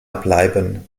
bleiben